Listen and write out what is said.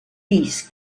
vist